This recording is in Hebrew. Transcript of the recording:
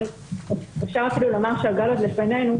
אפשר אפילו לומר שהגל עוד לפנינו,